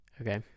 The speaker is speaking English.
Okay